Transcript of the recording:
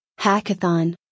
Hackathon